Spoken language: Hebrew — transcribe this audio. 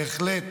בהחלט